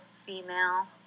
female